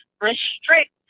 restrict